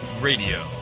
Radio